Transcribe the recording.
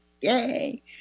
Yay